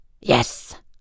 Yes